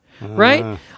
right